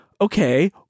okay